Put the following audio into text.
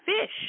fish